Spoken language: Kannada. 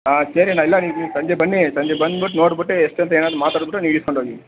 ಆಂ ಸರಿ ಅಣ್ಣ ಇಲ್ಲ ನೀವು ನೀವು ಸಂಜೆ ಬನ್ನಿ ಇಲ್ಲಿ ಸಂಜೆ ಬಂದ್ಬಿಟ್ ನೋಡ್ಬಿಟ್ಟು ಎಷ್ಟೂಂತ ಏನಾರೂ ಮಾತಾಡ್ಬಿಟ್ಟು ನೀವು ಇಸ್ಕೊಂಡೋಗಿ